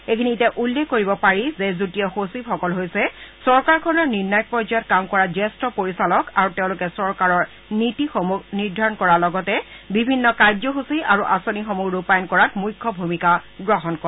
এইখিনিতে উল্লেখ কৰিব পাৰি যে যুটীয়া সচিব সকল হৈছে চৰকাৰখনৰ নিৰ্ণায়ক পৰ্যায়ত কাম কৰা জ্যেষ্ঠ পৰিচালক আৰু তেওঁলোকে চৰকাৰৰ নীতিসমূহ নিৰ্ধাৰণ কৰাৰ লগতে বিভিন্ন কাৰ্যসূচী আৰু আঁচনিসমূহ ৰূপায়ণ কৰাত মুখ্য ভূমিকা গ্ৰহণ কৰে